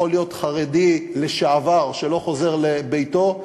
יכול להיות חרדי לשעבר שלא חוזר לביתו,